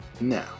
Now